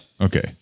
Okay